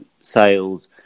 sales